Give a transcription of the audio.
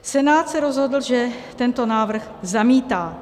Senát se rozhodl, že tento návrh zamítá.